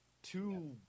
Two